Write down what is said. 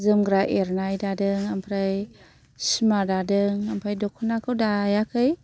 जोमग्रा एरनाय दादों ओमफ्राय सिमा दादों ओमफ्राय दख'नाखौ दायाखै